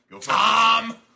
Tom